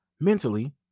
mentally